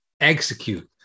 execute